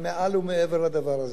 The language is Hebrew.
הם מעל ומעבר לדבר הזה.